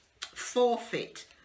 forfeit